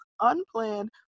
unplanned